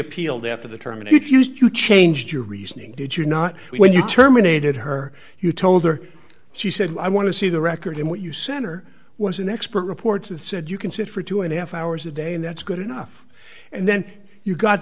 appealed after the term and refused you changed your reasoning did you not when you terminated her you told her she said i want to see the records and what you center was an expert reports that said you can sit for two and a half hours a day and that's good enough and then you got